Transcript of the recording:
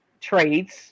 trades